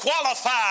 qualified